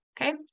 okay